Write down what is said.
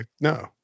no